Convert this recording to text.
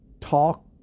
talk